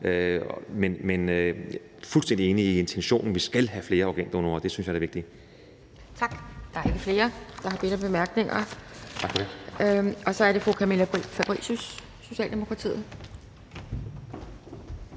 er fuldstændig enig i intentionen. Vi skal have flere organdonorer; det synes jeg er vigtigt.